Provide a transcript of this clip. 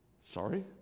Sorry